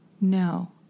No